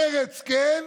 מרצ כן,